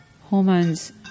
Hormones